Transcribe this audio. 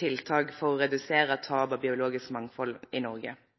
tiltak for å redusere tap av biologisk mangfold i Norge.